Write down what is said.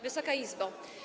Wysoka Izbo!